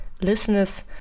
listeners